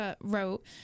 wrote